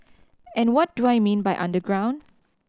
and what do I mean by underground